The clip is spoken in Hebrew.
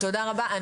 תודה רבה.